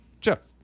Jeff